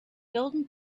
golden